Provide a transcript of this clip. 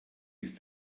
ist